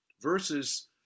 versus